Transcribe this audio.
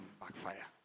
backfire